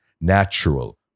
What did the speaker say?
natural